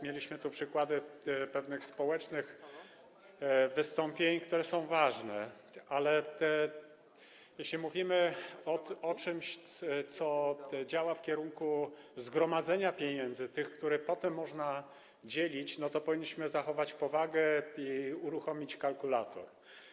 Mieliśmy przykłady pewnych społecznych wystąpień, które są ważne, ale jeśli mówimy o czymś, co działa w kierunku zgromadzenia pieniędzy, które potem można dzielić, to powinniśmy zachować powagę i uruchomić kalkulator.